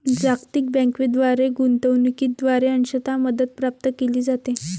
जागतिक बँकेद्वारे गुंतवणूकीद्वारे अंशतः मदत प्राप्त केली जाते